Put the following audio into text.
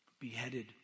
beheaded